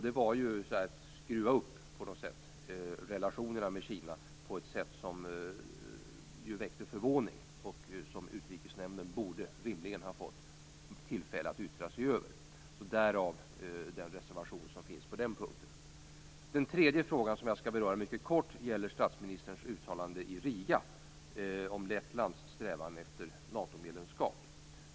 Det var att skruva upp relationerna med Kina på ett sätt som väckte förvåning och som Utrikesnämnden rimligen borde ha fått tillfälle att yttra sig över. Därav den reservation som finns på den punkten. Den tredje frågan, som jag skall beröra mycket kort, gäller statsministerns uttalande i Riga om Lettlands strävan efter NATO-medlemskap.